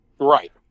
Right